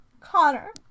Connor